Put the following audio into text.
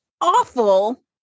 awful